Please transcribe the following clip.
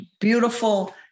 Beautiful